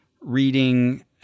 reading